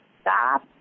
stop